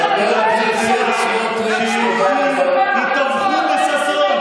חבר הכנסת סמוטריץ', תודה רבה.